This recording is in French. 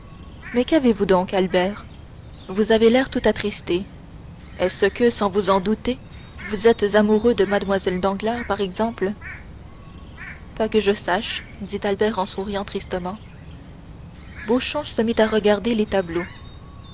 mais qu'avez-vous donc albert vous avez l'air tout attristé est-ce que sans vous en douter vous êtes amoureux de mlle danglars par exemple pas que je sache dit albert en souriant tristement beauchamp se mit à regarder les tableaux